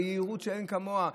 ביהירות שאין כמוה,